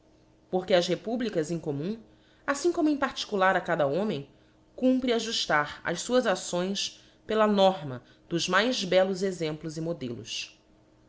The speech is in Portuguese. porque ás republicas em commum affim como em particular a cada homem cumpre ajuftar as fuás acções pela norma dos mais bellos exemplos e modelos